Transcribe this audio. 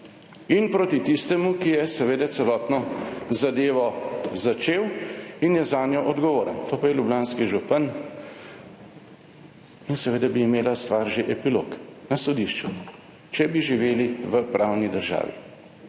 in proti tistemu, ki je seveda celotno zadevo začel in je zanjo odgovoren, to pa je ljubljanski župan. In seveda bi imela stvar že epilog na sodišču, če bi živeli v pravni državi,